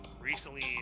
Recently